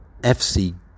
FC